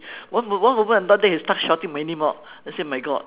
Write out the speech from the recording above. one moment one moment I'm not there he will start shouting my name out then I say my God